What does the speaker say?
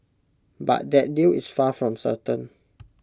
but that deal is far from certain